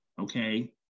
Okay